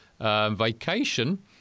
vacation